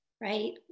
right